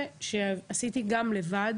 עשיתי גם סיורים לבד